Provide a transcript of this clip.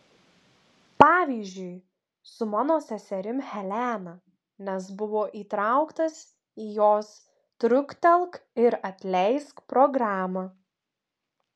pavyzdžiui su mano seserim helena nes buvo įtrauktas į jos truktelk ir atleisk programą